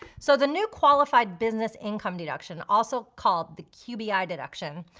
so the new qualified business income deduction, also called the qbi ah deduction,